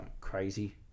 crazy